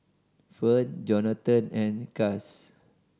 Fern Jonathan and Chas